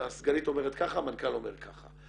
הסגנית אומרת ככה, המנכ"ל אומר ככה.